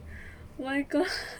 my god